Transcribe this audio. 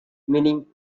meaning